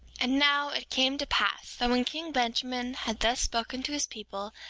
and now, it came to pass that when king benjamin had thus spoken to his people,